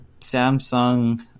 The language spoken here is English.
Samsung